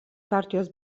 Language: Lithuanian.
partijos